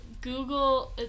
Google